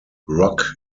rock